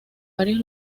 varios